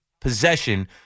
possession